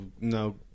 no